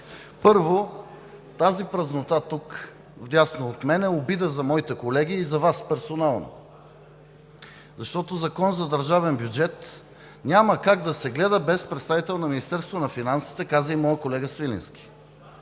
Първо, тази празнота тук, вдясно от мен, е обида за моите колеги и за Вас персонално, защото Законът за държавния бюджет няма как да се гледа без представител на Министерството на финансите, каза и моят колега Свиленски.